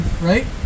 right